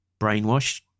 brainwashed